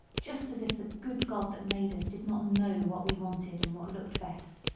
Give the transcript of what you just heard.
just as if the good god that made us did not know what we wanted and what looked best.